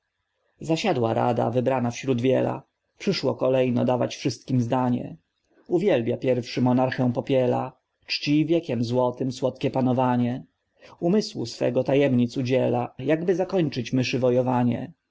zwadzą zasiadła rada wybrana wśród wiela przyszło kolejno dawać wszystkim zdanie uwielbia pierwszy monarchę popiela czci wiekiem złotym słodkie panowanie umysłu swego tajemnic udziela jakby zakończyć